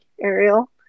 Ariel